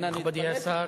אני מתפלא לשמוע